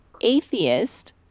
atheist